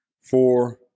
four